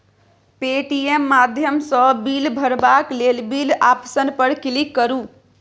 Paytm माध्यमसँ bill भरबाक लेल बिल आप्शन पर क्लिक करु